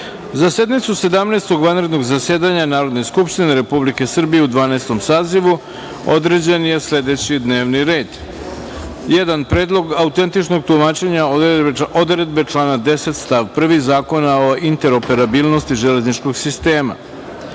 Sedamnaestog vanrednog zasedanja Narodne skupštine Republike Srbije u Dvanaestom sazivu određen je sledećiD n e v n i r e d:1. Predlog autentičnog tumačenja odredbe člana 10. stav 1. Zakona o interoperabilnosti železničkog sistema;2.